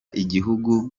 igihugu